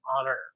honor